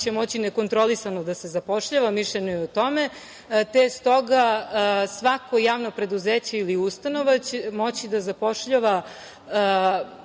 neće moći nekontrolisano da se zapošljava, mišljenje je o tome, te s toga svako javno preduzeće ili ustanova će moći da zapošljava